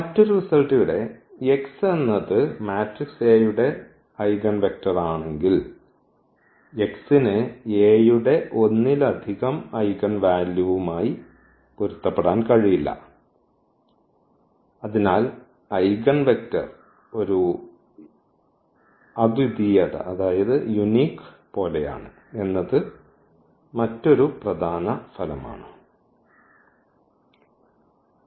മറ്റൊരു റിസൾട് ഇവിടെ x എന്നത് മാട്രിക്സ് A യുടെ ഐഗൻവെക്റ്ററാണെങ്കിൽ x ന് A യുടെ ഒന്നിലധികം ഐഗൻവാല്യൂയുമായി പൊരുത്തപ്പെടാൻ കഴിയില്ല അതിനാൽ ഐഗൻവെക്റ്റർ ഒരു അദ്വിതീയത പോലെയാണ് എന്നത് മറ്റൊരു പ്രധാന ഫലം ആണ്